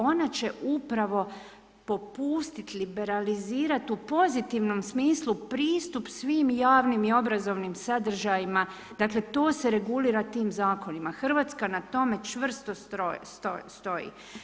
Ona će upravo popustit, liberalizirat u pozitivnom smislu pristup svim javnim i obrazovnim sadržajima, dakle to se regulira tim zakonima, Hrvatska na tome čvrsto stoji.